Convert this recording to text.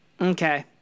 Okay